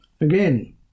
Again